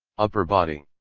upper body.